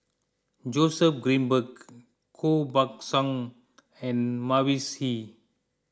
Joseph Grimberg Koh Buck Song and Mavis Hee